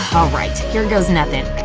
alright, here goes nothin'.